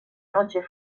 noche